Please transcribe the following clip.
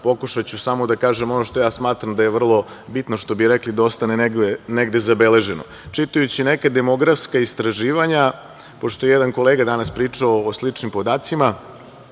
pokušaću samo da kažem ono što ja smatram da je vrlo bitno, što bi rekli da ostane negde zabeleženo. Čitajući neka demografska istraživanja, pošto je jedan kolega danas pričao o sličnim podacima,